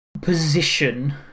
position